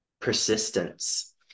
Persistence